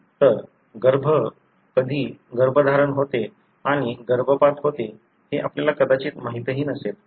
तर गर्भ कधी गर्भधारणा होते आणि गर्भपात होते हे आपल्याला कदाचित माहितही नसेल